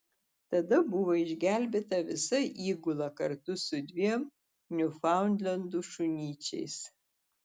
tada buvo išgelbėta visa įgula kartu su dviem niufaundlendų šunyčiais